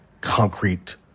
concrete